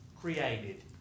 Created